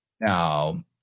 Now